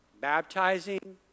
baptizing